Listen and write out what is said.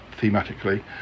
thematically